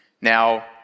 Now